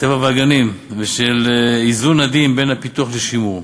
הטבע והגנים, ושל איזון עדין בין הפיתוח לשימור.